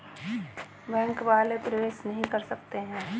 Bank वाले प्रवेश नहीं करते हैं?